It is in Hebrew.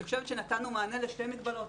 אני חושבת שנתנו מענה לשתי מגבלות,